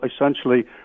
essentially